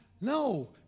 No